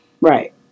Right